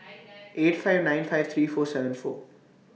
eight five nine five three four seven four